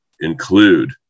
include